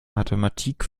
mathematik